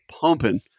pumping